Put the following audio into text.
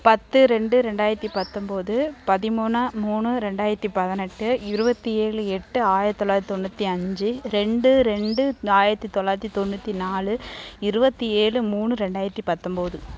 பத்து ரெண்டு ரெண்டாயிரத்து பத்தொம்பது பதிமூணு மூணு ரெண்டாயிரத்து பதினெட்டு இருபத்தி ஏழு எட்டு ஆயிரத்து தொள்ளாயிரத்து தொண்ணூற்றி அஞ்சு ரெண்டு ரெண்டு ஆயிரத்து தொள்ளாயிரத்து தொண்ணூற்றி நாலு இருபத்தி ஏழு மூணு ரெண்டாயிரத்து பத்தொம்பது